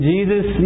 Jesus